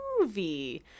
movie